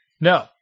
No